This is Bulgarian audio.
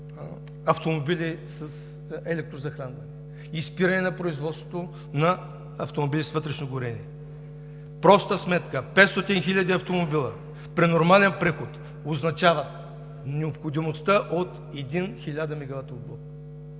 автомобили с електрозахранване и спиране на производството на автомобили с вътрешно горене. Проста сметка: 500 хиляди автомобила при нормален преход означава необходимостта от един хиляда мегаватов блок.